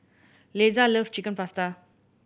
Lesa love Chicken Pasta